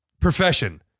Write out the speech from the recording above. profession